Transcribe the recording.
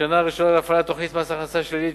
השנה הראשונה להפעלת תוכנית מס הכנסה שלילי,